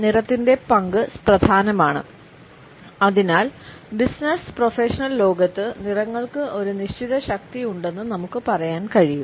നിറത്തിന്റെ പങ്ക് പ്രധാനമാണ് അതിനാൽ ബിസിനസ്സ് പ്രൊഫഷണൽ ലോകത്ത് നിറങ്ങൾക്ക് ഒരു നിശ്ചിത ശക്തി ഉണ്ടെന്ന് നമുക്ക് പറയാൻ കഴിയും